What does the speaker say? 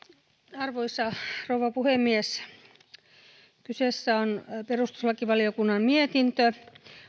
arvoisa rouva puhemies kyseessä on perustuslakivaliokunnan mietintö